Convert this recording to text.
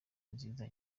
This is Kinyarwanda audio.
nziza